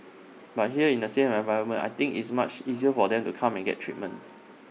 but here in A safe environment I think IT is much easier for them to come and get treatment